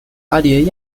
蛱蝶